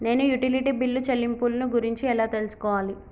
నేను utility bill చెల్లింపులను గురించి ఎలా తెలుసుకోవాలి?